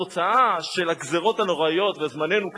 התוצאה של הגזירות הנוראות, זמננו קצר,